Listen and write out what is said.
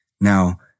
Now